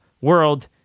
world